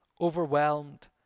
overwhelmed